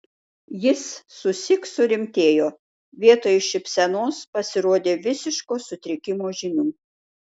jis susyk surimtėjo vietoj šypsenos pasirodė visiško sutrikimo žymių